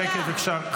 שקט, בבקשה.